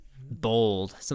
bold